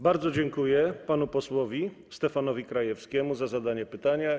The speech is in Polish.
Bardzo dziękuję panu posłowi Stefanowi Krajewskiemu za zadanie pytania.